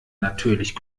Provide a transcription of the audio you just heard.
natürlich